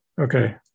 Okay